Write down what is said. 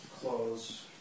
clothes